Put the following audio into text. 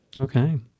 Okay